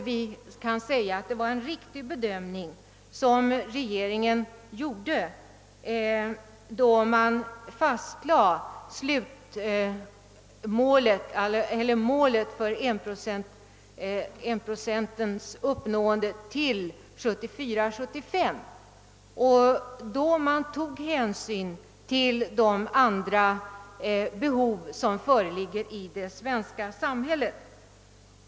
Jag anser att det var en riktig bedömning som regeringen gjorde då den fastlade tidpunkten för uppnåendet av 1-procentsmålet till budgetåret 1974/75 — en bedömning som gjordes med hänsyn tagen också till de behov som föreligger i det svenska samhället.